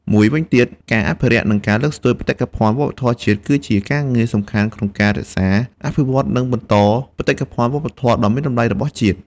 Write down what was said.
មួយវិញទៀតការអភិរក្ស និង លើកស្ទួយបេតិកភណ្ឌវប្បធម៌ជាតិ គឺជាការងារសំខាន់ក្នុងការរក្សា អភិវឌ្ឍ និងបន្តបេតិកភណ្ឌវប្បធម៌ដ៏មានតម្លៃរបស់ជាតិ។